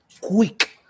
quick